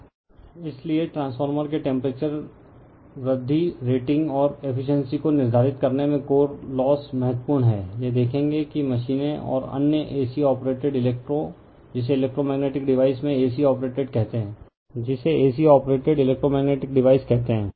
refer slide time 2950 इसलिए transformer के temperature वृद्धि रेटिंग और एफिशिएंसी को निर्धारित करने में कोर लोस महत्वपूर्ण है यह देखेगा कि मशीनें और अन्य एसी ओपरेटेड इलेक्ट्रो जिसे एसी ओपरेटेड इलेक्ट्रोमेग्नेटिक डिवाइस कहते हैं